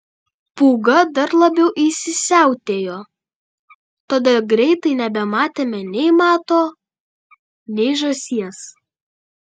pūga dar labiau įsisiautėjo todėl greitai nebematėme nei mato nei žąsies